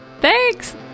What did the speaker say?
Thanks